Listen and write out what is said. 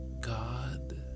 God